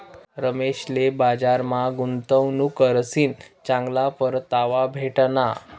रमेशले बजारमा गुंतवणूक करीसन चांगला परतावा भेटना